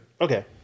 Okay